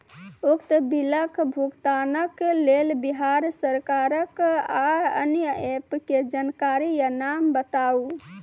उक्त बिलक भुगतानक लेल बिहार सरकारक आअन्य एप के जानकारी या नाम बताऊ?